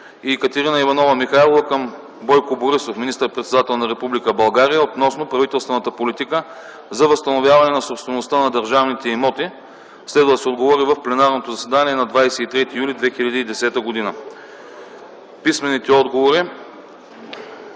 и Екатерина Иванова Михайлова към Бойко Борисов – министър-председател на Република България относно правителствената политика за възстановяване на собствеността на държавните имоти. Следва да се отговори в пленарното заседание на 23 юли 2010 г. Писмените отговори: